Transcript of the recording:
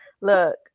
look